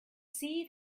see